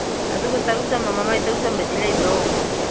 ꯑꯗꯨꯒ ꯇꯔꯨꯛ ꯆꯟꯕ ꯃꯃꯥꯏ ꯇꯔꯨꯛ ꯆꯟꯕꯗꯤ ꯂꯩꯕ꯭ꯔꯣ